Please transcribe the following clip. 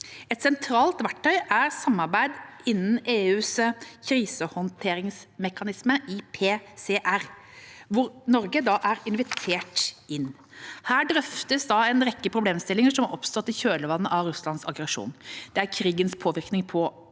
Et sentralt verktøy er samarbeidet innen EUs krisehåndteringsmekanisme, IPCR, hvor Norge er invitert inn. Her drøftes en rekke problemstillinger som har oppstått i kjølvannet av Russlands aggresjon: – krigens påvirkning på